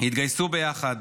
התגייסו ביחד,